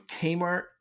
Kmart